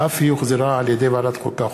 שאף היא הוחזרה על-ידי ועדת החוקה,